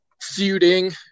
feuding